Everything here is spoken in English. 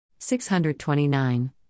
629